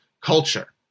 culture